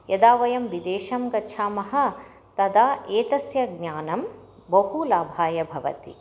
यदा वयं विदेशं गच्छामः तदा एतस्य ज्ञानं बहु लाभाय भवति